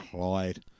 Clyde